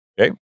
okay